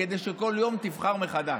כדי שכל יום תבחר מחדש.